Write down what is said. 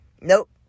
nope